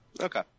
Okay